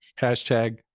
Hashtag